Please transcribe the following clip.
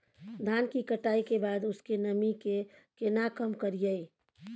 धान की कटाई के बाद उसके नमी के केना कम करियै?